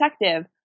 detective